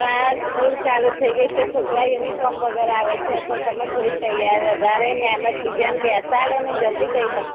હા સ્કૂલ ચાલુ થઈ ગઈ છે છોકરા યુનિફોર્મ વગર આવે છે તો તમે થોડી તૈયાર વધારે મહેનત બીજાને બેસાડો ને જલ્દી તૈયાર